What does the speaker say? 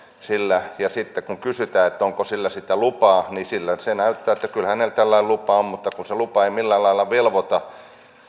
sillä ja sitten kun kysytään onko hänellä sitä lupaa niin hän näyttää että kyllä hänellä tällainen lupa on mutta kun se lupa ei millään lailla velvoita